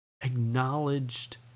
acknowledged